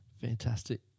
Fantastic